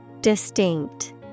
distinct